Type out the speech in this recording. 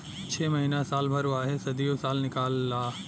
छ महीना साल भर वाहे सदीयो साल निकाल ला